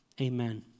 Amen